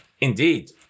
indeed